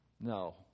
No